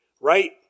right